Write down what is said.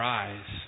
eyes